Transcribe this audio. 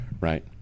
Right